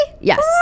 Yes